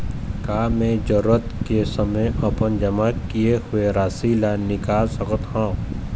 का मैं जरूरत के समय अपन जमा किए हुए राशि ला निकाल सकत हव?